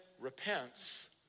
repents